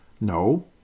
No